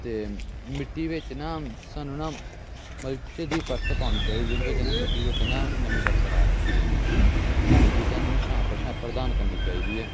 ਅਤੇ ਮਿੱਟੀ ਵਿੱਚ ਨਾ ਸਾਨੂੰ ਨਾ ਮਲਚ ਦੀ ਪਰਤ ਪਾਉਣੀ ਚਾਹੀਦੀ ਜਿਹਦੇ ਵਿੱਚ ਨਾ ਮਿੱਟੀ ਦੇ ਉੱਤੇ ਨਾ ਨਮੀ ਬਰਕਰਾਰ ਰਹਿੰਦੀ ਆ ਸਾਨੂੰ ਬੂਟਿਆਂ ਨੂੰ ਨਾ ਛਾਂ ਪਰਾ ਪ੍ਰਦਾਨ ਕਰਨੀ ਚਾਹੀਦੀ ਹੈ